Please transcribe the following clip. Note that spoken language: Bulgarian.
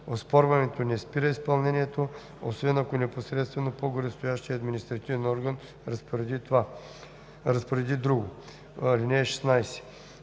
Оспорването не спира изпълнението, освен ако непосредствено по-горестоящият административен орган разпореди друго. (16)